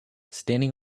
standing